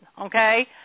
okay